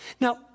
Now